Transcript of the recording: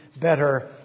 better